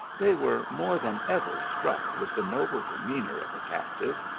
they were more than ever struck with the noble demean our of the captives,